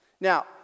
Now